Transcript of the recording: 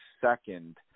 second